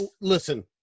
Listen